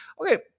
Okay